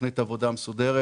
תוכנית עבודה מסודרת.